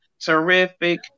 terrific